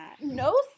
No